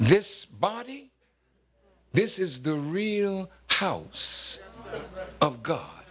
this body this is the real house of god